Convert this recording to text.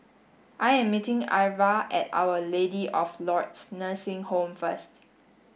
I am meeting Irva at our lady of Lourdes Nursing home first